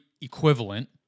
equivalent